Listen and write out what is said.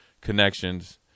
connections